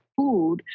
food